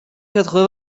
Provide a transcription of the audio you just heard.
quatre